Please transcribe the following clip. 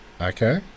Okay